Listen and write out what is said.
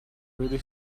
really